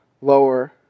lower